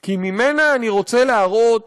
כי ממנה אני רוצה להראות